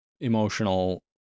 emotional